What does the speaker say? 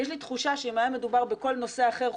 יש לי תחושה שאם היה מדובר בכל נושא אחר,